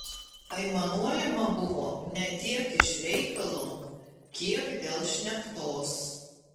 aimanuojama buvo ne tiek iš reikalo kiek dėl šnektos